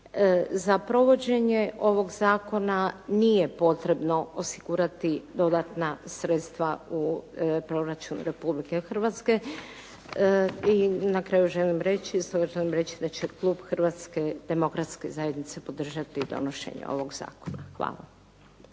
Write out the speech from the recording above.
Za provođenje ovog zakona nije potrebno osigurati dodatna sredstva u proračunu Republike Hrvatske. I na kraju želim reći da će klub Hrvatske demokratske zajednice podržati donošenje ovog zakona. Hvala.